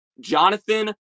Jonathan